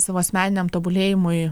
savo asmeniniam tobulėjimui